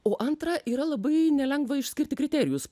o antra yra labai nelengva išskirti kriterijus